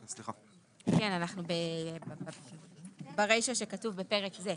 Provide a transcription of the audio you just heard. כן, אנחנו ברישה שכתוב 'בפרק זה',